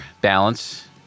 balance